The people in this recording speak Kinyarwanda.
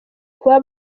kuba